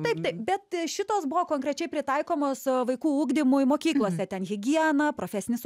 taip bet šitos buvo konkrečiai pritaikomos vaikų ugdymui mokyklose ten higiena profesinis